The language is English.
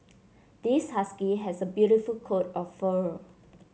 this husky has a beautiful coat of fur